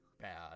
bad